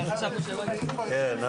אכן.